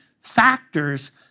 factors